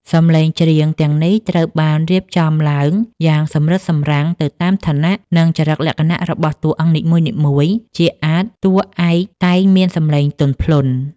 សំឡេងច្រៀងទាំងនេះត្រូវបានរៀបចំឡើងយ៉ាងសម្រិតសម្រាំងទៅតាមឋានៈ និងចរិតលក្ខណៈរបស់តួអង្គនីមួយៗ ជាអាទិ៍តួឯកតែងមានសំឡេងទន់ភ្លន់។